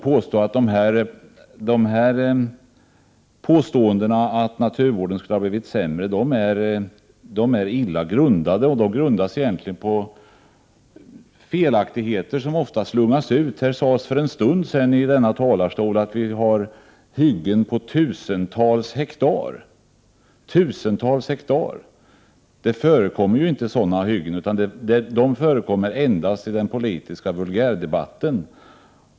Påståendena om att naturvården skulle ha blivit sämre är illa underbyggda och grundas på felaktigheter som ofta slungas ut i debatten. För en stund sedan sades t.ex. från kammarens talarstol att vi har hyggen på tusentals hektar. Sådana hyggen förekommer inte! De förekommer endast i den politiska vulgärdebatten.